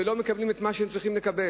ולא מקבלים את מה שהם צריכים לקבל.